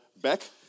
back